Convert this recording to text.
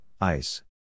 ice